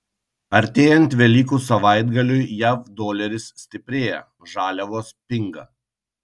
artėjant velykų savaitgaliui jav doleris stiprėja žaliavos pinga